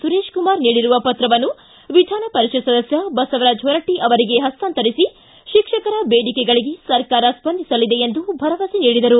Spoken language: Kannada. ಸುರೇಶ್ಕುಮಾರ್ ನೀಡಿರುವ ಪತ್ರವನ್ನು ವಿಧಾನಪರಿ ತ್ ಸದಸ್ಯ ಬಸವರಾಜ ಹೊರಟ್ಟ ಅವರಿಗೆ ಹಸ್ತಾಂತರಿಸಿ ಶಿಕ್ಷಕರ ಬೇಡಿಕೆಗಳಿಗೆ ಸರ್ಕಾರ ಸ್ವಂದಿಸಲಿದೆ ಎಂದು ಭರಮಸೆ ನೀಡಿದರು